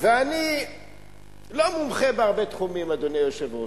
ואני לא מומחה בהרבה תחומים, אדוני היושב-ראש.